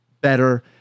better